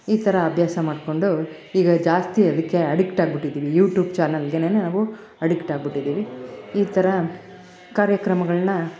ಈ ಥರ ಅಭ್ಯಾಸ ಮಾಡಿಕೊಂಡು ಈಗ ಜಾಸ್ತಿ ಅದಕ್ಕೆ ಅಡಿಕ್ಟ್ ಆಗ್ಬಿಟ್ಟಿದ್ದೀವಿ ಯೂಟ್ಯೂಬ್ ಚಾನಲ್ಗೆನೆ ನಾವು ಅಡಿಕ್ಟ್ ಆಗ್ಬಿಟ್ಟಿದ್ದೀವಿ ಈ ಥರ ಕಾರ್ಯಕ್ರಮಗಳನ್ನ